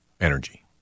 energy